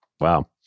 Wow